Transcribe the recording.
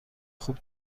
خوب